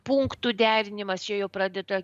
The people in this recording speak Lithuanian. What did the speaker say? punktų derinimas čia jau pradeda